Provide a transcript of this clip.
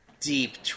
deep